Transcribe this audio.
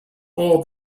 all